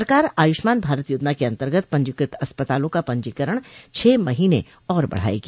सरकार आयुष्मान भारत योजना के अंतर्गत पंजीकृत अस्पतालों का पंजीकरण छह महीने भी और बढ़ाएगी